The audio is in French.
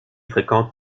fréquente